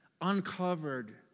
uncovered